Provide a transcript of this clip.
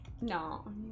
No